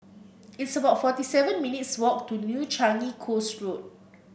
it's about forty seven minutes' walk to New Changi Coast Road